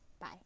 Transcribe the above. Bye